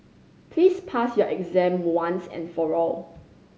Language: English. please pass your exam once and for all